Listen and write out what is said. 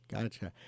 Gotcha